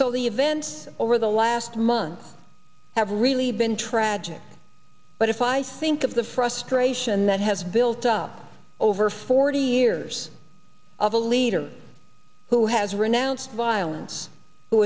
so the events over the last months have really been tragic but if i think of the frustration that has built up over forty years of a leader who has renounced violence who